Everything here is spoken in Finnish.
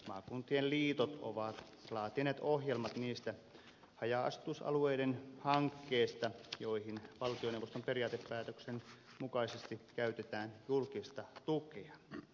maakuntien liitot ovat laatineet ohjelmat niistä haja asutusalueiden hankkeista joihin valtioneuvoston periaatepäätöksen mukaisesti käytetään julkista tukea